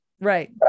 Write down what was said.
Right